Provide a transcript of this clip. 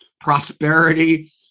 prosperity